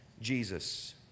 Jesus